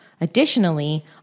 Additionally